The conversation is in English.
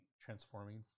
transforming